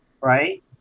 right